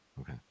Okay